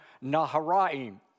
Naharaim